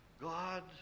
God